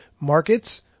markets